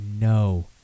no